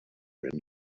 man